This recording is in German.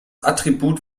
attribut